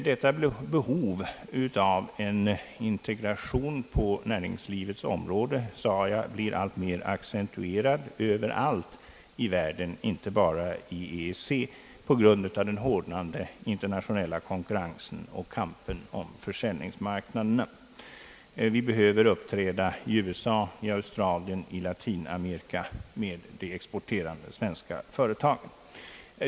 Detta behov av en integration på näringslivets område blir, såsom jag nämnt, alltmer accentuerat överallt i världen, inte bara inom EEC, på grund av den hårdnande internationella konkurrensen och kampen om försäljningsmarknaderna. Vi behöver uppträda i USA, i Australien och i Latinamerika med de exporterande svenska företagen.